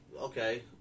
okay